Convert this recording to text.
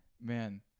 man